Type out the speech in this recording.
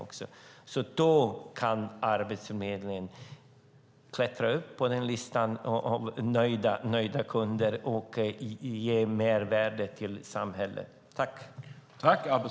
Då kan Arbetsförmedlingen klättra upp på listan över nöjda kunder och ge mer värde i samhället.